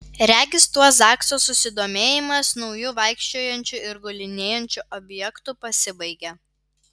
regis tuo zakso susidomėjimas nauju vaikščiojančiu ir gulinėjančiu objektu pasibaigė